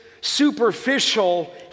superficial